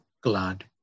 glad